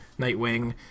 Nightwing